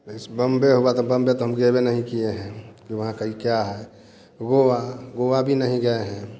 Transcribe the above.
इस बम्बे हुआ तो बम्बे तो हम गैबे नहीं किए हैं कि वहाँ का ये क्या है गोवा गोवा भी नहीं गए हैं